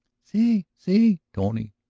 si, si, tony,